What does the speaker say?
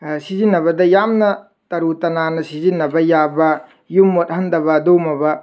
ꯁꯤꯖꯤꯟꯅꯕꯗ ꯌꯥꯝꯅ ꯇꯔꯨ ꯇꯅꯥꯟꯅ ꯁꯤꯖꯤꯟꯅꯕ ꯌꯥꯕ ꯌꯨꯝ ꯃꯣꯠꯍꯟꯗꯕ ꯑꯗꯨꯒꯨꯝꯂꯕ